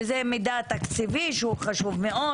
וזה מידע תקציבי שהוא חשוב מאוד,